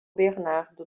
bernardo